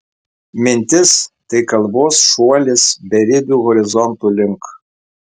mintis tai kalbos šuolis beribių horizontų link